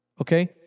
Okay